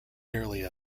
nearly